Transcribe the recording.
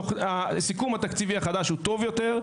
הסיכום התקציבי החדש הוא טוב יותר.